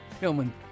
Hillman